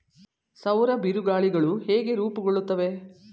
ಸೌರ ಬಿರುಗಾಳಿಗಳು ಹೇಗೆ ರೂಪುಗೊಳ್ಳುತ್ತವೆ?